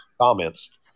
comments